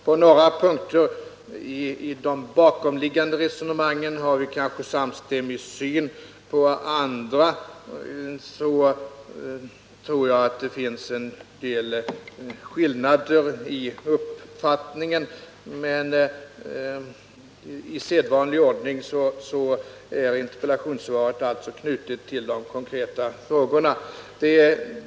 På några punkter i de bakomliggande resonemangen har vi kanske samma synsätt, medan det på vissa andra punkter torde finnas vissa skillnader i uppfattningen. I sedvanlig ordning är interpellationssvaret alltså knutet till de konkreta frågorna.